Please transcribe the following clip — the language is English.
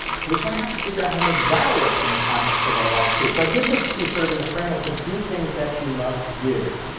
so we sort of have to figure out how to make that work in the context of our life too. so i give this to you sort of in the framework of do things that you love to do.